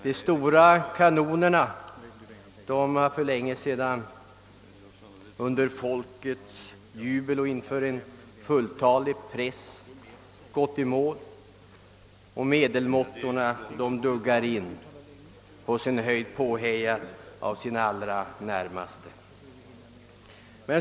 De stora kanonerna har för länge sedan under folkets jubel och inför en fulltalig press gått i mål och medelmåttorna duggar in, på sin höjd påhejade av sina allra närmaste.